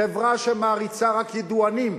חברה שמעריצה רק ידוענים,